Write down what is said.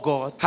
God